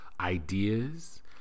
ideas